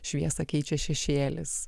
šviesą keičia šešėlis